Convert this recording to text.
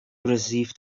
received